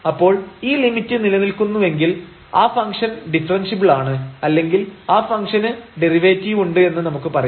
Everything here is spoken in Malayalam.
അപ്പോൾ ഈ ലിമിറ്റ് നിലനിൽക്കുന്നുവെങ്കിൽ ആ ഫംഗ്ഷൻ ഡിഫറെൻഷ്യബിൾ ആണ് അല്ലെങ്കിൽ ആ ഫംഗ്ഷന് ഡെറിവേറ്റീവ് ഉണ്ട് എന്ന് നമുക്ക് പറയാം